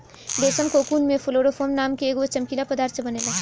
रेशम कोकून में फ्लोरोफोर नाम के एगो चमकीला पदार्थ से बनेला